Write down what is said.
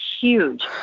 huge